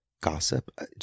gossip